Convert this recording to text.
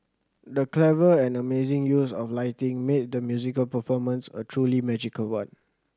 the clever and amazing use of lighting made the musical performance a truly magical one